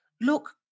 Look